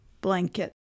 blanket